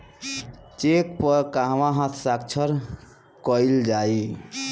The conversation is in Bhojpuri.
चेक पर कहवा हस्ताक्षर कैल जाइ?